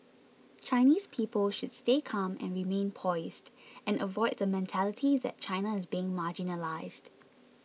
Chinese people should stay calm and remain poised and avoid the mentality that China is being marginalised